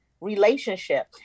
relationship